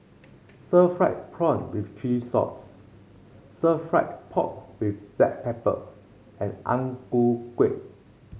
sir fried prawn with Chili Sauce sir fry pork with Black Pepper and Ang Ku Kueh